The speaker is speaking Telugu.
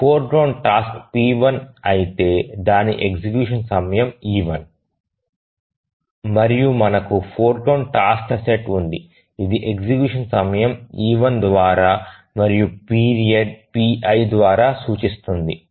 ఫోర్గ్రౌండ్ టాస్క్ p1 అయితే దాని ఎగ్జిక్యూషన్ సమయం e1 మరియు మనకు ఫోర్గ్రౌండ్ టాస్క్ ల సెట్ ఉంది ఇది ఎగ్జిక్యూషన్ సమయం e1 ద్వారా మరియు పీరియడ్ pi ద్వారా సూచిస్తుంది